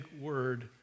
word